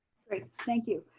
great, thank you.